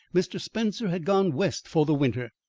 mr. spencer had gone west for the winter.